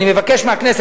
אני מבקש מהכנסת,